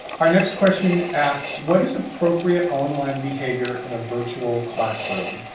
our next question asks what is appropriate online behavior in a virtual classroom?